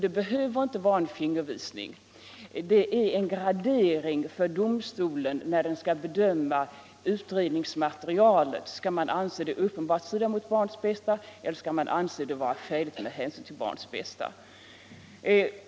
Det behöver inte vara en fingervisning. Det är en gradering för domstolen när den skall bedöma utredningsmaterialet: skall man anse det uppenbart strida mot barnets bästa, eller skall man anse det skäligt med hänsyn till barnets bästa?